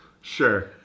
Sure